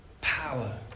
Power